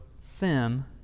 sin